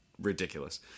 ridiculous